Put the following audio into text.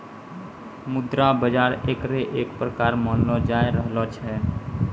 मुद्रा बाजार एकरे एक प्रकार मानलो जाय रहलो छै